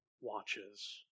watches